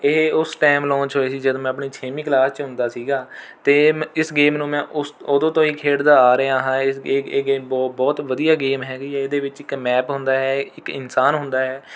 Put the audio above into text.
ਇਹ ਉਸ time launch ਹੋਈ ਸੀ ਜਦੋਂ ਮੈਂ ਆਪਣੀ ਛੇਵੀਂ ਕਲਾਸ ਵਿੱਚ ਹੁੰਦਾ ਸੀਗਾ ਅਤੇ ਇਸ ਗੇਮ ਨੂੰ ਮੈਂ ਉਸ ਉਦੋਂ ਤੋਂ ਹੀ ਖੇਡਦਾ ਆ ਰਿਹਾਂ ਹਾਂ ਇਸ ਇਹ ਇਹ ਗੇਮ ਬਹੁ ਬਹੁਤ ਵਧੀਆ ਗੇਮ ਹੈਗੀ ਹੈ ਇਹਦੇ ਵਿੱਚ ਇੱਕ ਮੈਪ ਹੁੰਦਾ ਹੈ ਇੱਕ ਇਨਸਾਨ ਹੁੰਦਾ ਹੈ